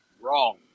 wrong